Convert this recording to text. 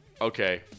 okay